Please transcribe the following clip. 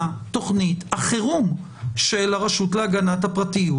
מה תוכנית החירום של הרשות להגנת הפרטיות?